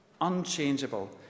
unchangeable